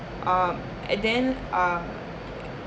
um and then uh